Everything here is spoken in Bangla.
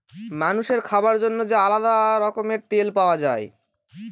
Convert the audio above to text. মানুষের খাবার জন্য যে আলাদা রকমের তেল পাওয়া যায়